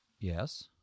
Yes